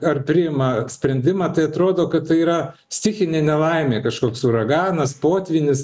ar priima sprendimą tai atrodo kad tai yra stichinė nelaimė kažkoks uraganas potvynis